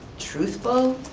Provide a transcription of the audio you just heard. truthful.